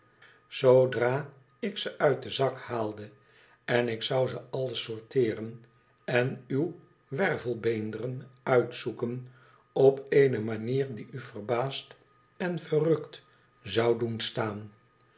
zoodra ik ze uit den zak haalde en ik zou ze alle sorteeren en uwe wervelbeenderen uitzoeken op eene manier die u verbaasd en verrukt zou doen staan